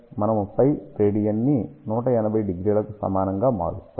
మనము π రేడియన్ని 1800 లకి సమానంగా మారుస్తాము